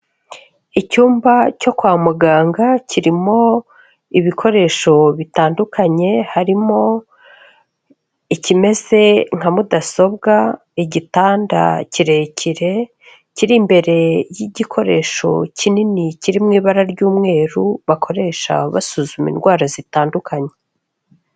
Icyumba cyo kwa muganga kirimo ibikoresho bitandukanye, harimo ikimeze nka mudasobwa, igitanda kirekire kiri imbere y'igikoresho kinini kiri mu ibara ry'umweru, bakoresha basuzuma indwara zitandukanye.